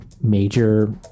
major